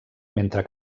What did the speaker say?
mentre